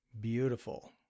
beautiful